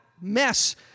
mess